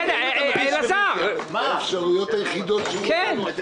אלה האפשרויות היחידות שיש לנו.